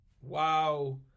Wow